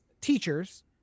teachers